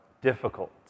difficult